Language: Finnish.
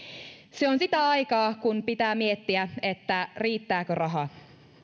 se on sitä aikaa kun pitää miettiä riittääkö raha